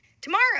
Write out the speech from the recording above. tomorrow